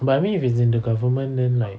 but I mean if it's in the government then like